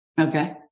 okay